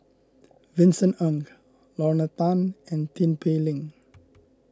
Vincent Ng Lorna Tan and Tin Pei Ling